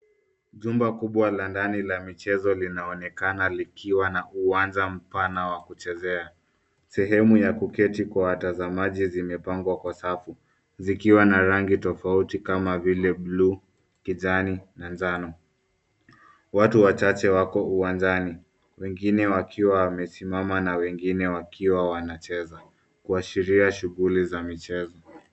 Jumba kubwa la ndani la mchezo unaonekana likiwa na uwanja mpana wa kuchezea ,sehemu ya kuketi kwa watazamaji zimepangwa kwa sababu zikiwa na rangi tofauti kama vile buluu, kijani na njano watu wachache wako uwanjani wengine wakiwa wamesimama na wengine wakiwa wanacheza kuashiria shughuli za michezo.